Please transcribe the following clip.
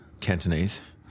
Cantonese